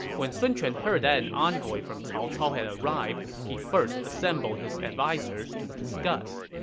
when sun quan heard that an envoy from cao cao had arrived, he first assembled his advisers to discuss